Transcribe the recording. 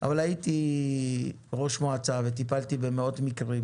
אבל הייתי ראש מועצה וטיפלתי במאות מקרים